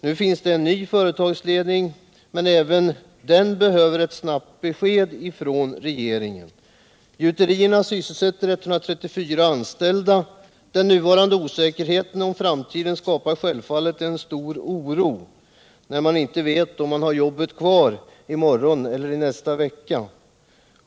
Nu finns det en ny företagsledning, men även den behöver ett snabbt besked från regeringen. Gjuterierna sysselsätter 134 anställda. Den nuvarande osäkerheten om framtiden skapar självfallet stor oro, när man inte vet om man har jobbet kvar i morgon eller i nästa vecka.